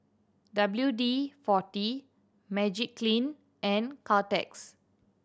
W D Forty Magiclean and Caltex